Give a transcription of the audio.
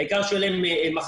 העיקר שיהיה להם מחסה.